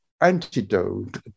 antidote